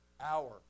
hour